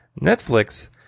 Netflix